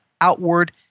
outward